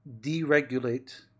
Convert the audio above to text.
deregulate